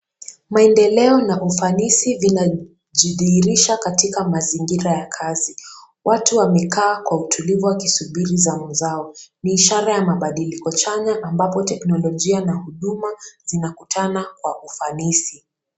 Maendeleo na ufanisi vinajidhihirisha katika mazingira ya kazi ,watu wamekaa kwa utulivu wakisubiri zamu zao, ni ishara ya mabadaliko chanya ambapo teknolojia na huduma zinakutana kwa ufanisi.